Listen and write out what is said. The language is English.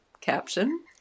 caption